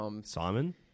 Simon